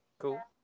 Cool